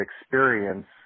experience